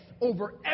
over